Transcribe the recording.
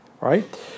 right